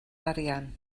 arian